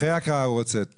אחרי ההקראה הוא רוצה.